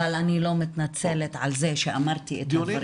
אבל אני לא מתנצלת על זה שאמרתי את הדברים שאמרתי.